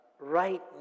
right